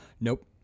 nope